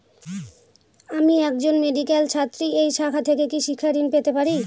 আমি একজন মেডিক্যাল ছাত্রী এই শাখা থেকে কি শিক্ষাঋণ পেতে পারি?